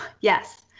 Yes